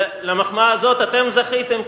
למחמאה הזאת אתם זכיתם,